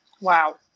Wow